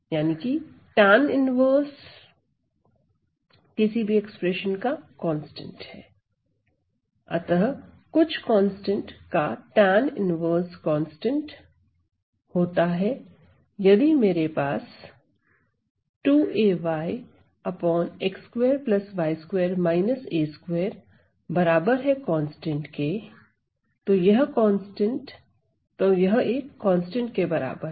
⇒ tan 1 constant अतः कुछ constant का tan 1 कांस्टेंट होता है यदि मेरे पास तो यह एक कांस्टेंट के बराबर है